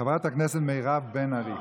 חברת הכנסת מירב בן ארי.